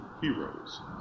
heroes